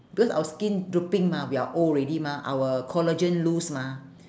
because our skin drooping mah we are old already mah our collagen loose mah